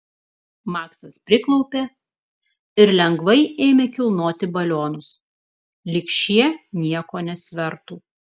maksas priklaupė ir lengvai ėmė kilnoti balionus lyg šie nieko nesvertų